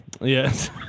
yes